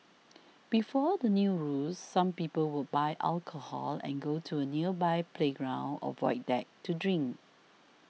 before the new rules some people would buy alcohol and go to a nearby playground or void deck to drink